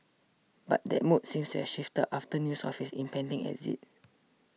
but that mood seems to have shifted after news of his impending exit